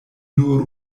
nur